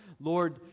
Lord